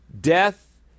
Death